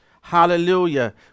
Hallelujah